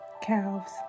calves